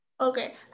okay